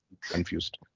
confused